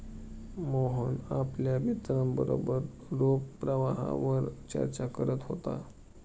मोहन आपल्या मित्रांबरोबर रोख प्रवाहावर चर्चा करत होता